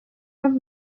los